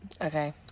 Okay